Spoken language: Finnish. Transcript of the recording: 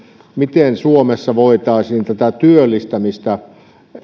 miten suomessa voitaisiin työllistämistä